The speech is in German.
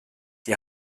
die